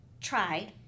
tried